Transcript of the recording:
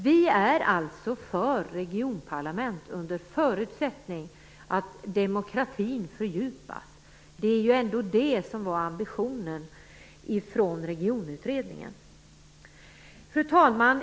Vi är alltså för regionparlament under förutsättning att demokratin fördjupas. Det är ändå detta som var ambitionen från Regionutredningen. Fru talman!